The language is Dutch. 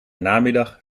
namiddag